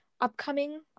upcoming